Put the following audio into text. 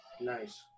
Nice